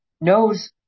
Knows